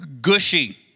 gushy